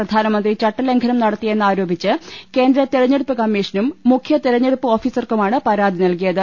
പ്രധാനമന്ത്രി ചട്ടലംഘനം നടത്തിയെന്നാരോപിച്ച് കേന്ദ്ര തെരഞ്ഞെടുപ്പ് കമ്മീഷനും മുഖ്യ തെരഞ്ഞെടുപ്പ് ഓഫീ സർക്കുമാണ് പ്രാതി നൽകിയത്